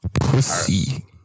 pussy